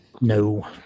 No